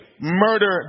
murder